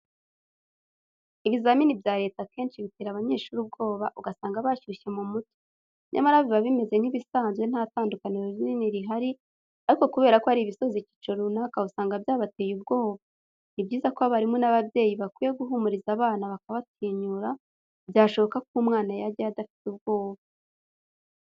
Ibizamini bya leta akenshi bitera abanyeshuri ubwoba ugasanga bashyushye mu mutwe, nyamara biba bimeze nk'ibisanzwe nta tandukaniro rinini rihari ariko ubera ko ari ibisoza icyiciro runaka usanga byabateye ubwoba. Ni byiza ko abarimu n'ababyeyi bakwiye guhumuriza abana bakabatinyura byashoboka ko umwana yajyayo adafite ubwoba.